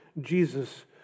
Jesus